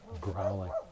growling